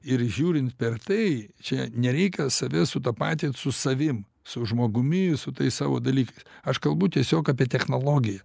ir žiūrint per tai čia nereikia save sutapatint su savim su žmogumi su tais savo dalykais aš kalbu tiesiog apie technologiją